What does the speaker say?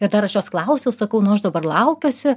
ir dar aš jos klausiau sakau nu aš dabar laukiuosi